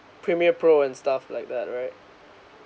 premier pro and stuff like that right